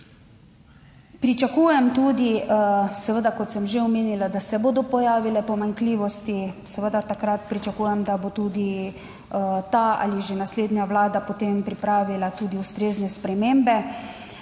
Pričakujem tudi seveda, kot sem že omenila, da se bodo pojavile pomanjkljivosti, seveda takrat pričakujem, da bo tudi ta ali že naslednja Vlada potem pripravila tudi ustrezne spremembe.